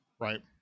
right